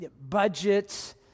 budgets